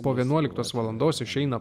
po vienuoliktos valandos išeina